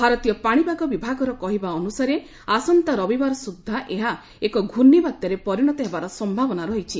ଭାରତୀୟ ପାଣିପାଗ ବିଭାଗର କହିବା ଅନୁସାରେ ଆସନ୍ତା ରବିବାର ସୁଦ୍ଧା ଏହା ଏକ ଘୂର୍ଣ୍ଣ ବାତ୍ୟାରେ ପରିଣତ ହେବାର ସମ୍ଭାବନା ରହିଛି